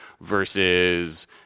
versus